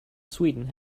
sweden